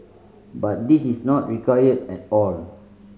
but this is not required at all